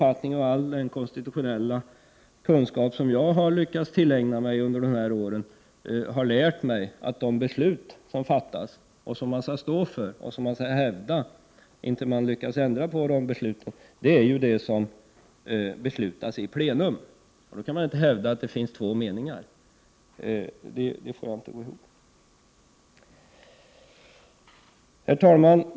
All den konstitutionella kunskap som jag har lyckats tillägna mig under de här åren har lärt mig att de beslut som fattas, och som man sedan skall stå för och hävda intill dess man lyckas ändra de besluten, är de beslut som fattas i plenum. Man kan då inte hävda att det finns två meningar. Det får jag inte att gå ihop. Herr talman!